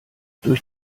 durch